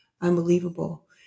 Unbelievable